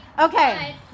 okay